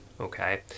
okay